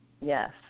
Yes